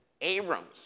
Abrams